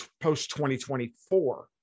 post-2024